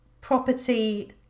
property